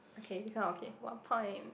okay this one okay one point